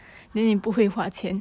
haha